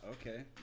okay